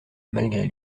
malgré